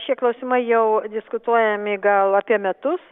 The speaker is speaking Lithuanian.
šie klausimai jau diskutuojami gal apie metus